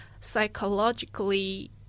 psychologically